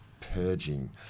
purging